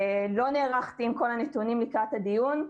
לא נערכתי עם כל הנתונים לקראת הדיון,